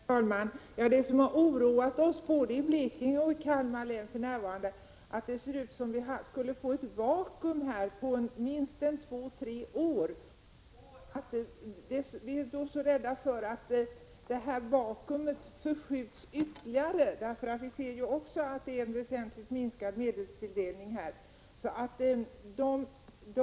Herr talman! Det som har oroat oss, både i Blekinge län och i Kalmar län, är att det ser ut som om vi skulle få ett vakuum på minst två tre år. Vi är då rädda för att detta vakuum förskjuts ytterligare. Vi ser ju också att medelstilldelningen är väsentligt minskad.